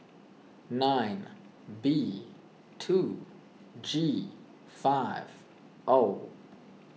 nine B two G five O